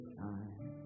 time